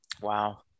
wow